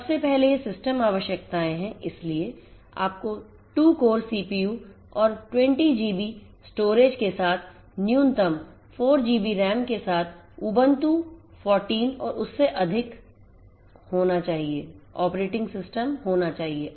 तोसबसे पहले ये सिस्टम आवश्यकताएं हैं इसलिए आपको 2 कोर सीपीयू और 20 जीबी स्टोरेज के साथ न्यूनतम 4 जीबी रैम के साथ UBUNTU 14 और उससे अधिक होना चाहिए